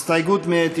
57 בעד, 58 נגד.